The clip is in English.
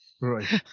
Right